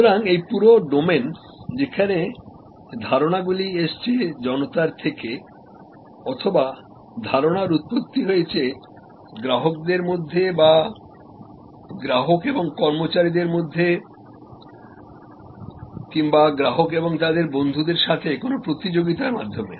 সুতরাং এই পুরো ডোমেন যেখানে ধারণাটগুলি এসেছে জনতার থেকে অথবা ধারণার উৎপত্তি হয়েছে গ্রাহকদের মধ্যেবা গ্রাহক এবং কর্মচারীদের মধ্যে কিংবা গ্রাহক এবং তাদের বন্ধুদের সাথে কোন প্রতিযোগিতা মাধ্যমে